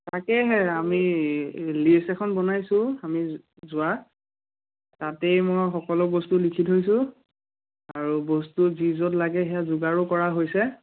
তাকেহে আমি লিষ্ট এখন বনাইছোঁ আমি যোৱা তাতে মই সকলো বস্তু লিখি থৈছোঁ আৰু বস্তু যি য'ত লাগে সেয়া যোগাৰো কৰা হৈছে